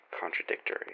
contradictory